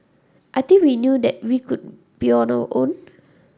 I think we knew that we could be on our own